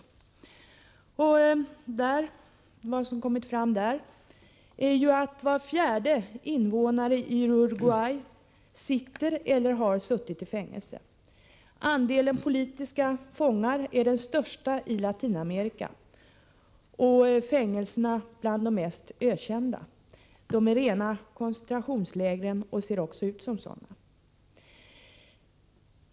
Vad som ; TE ia ä ä ..— Torsdagen den kommit fram där är att var fjärde invånare i Uruguay sitter eller har suttit i Snovember 1984 fängelse. Andelen politiska fångar är den största i Latinamerika, och fängelserna är bland de mest ökända. De är rena koncentrationslä h & z g entrationslägren oc Om stöd åt fängslaser också ut som sådana.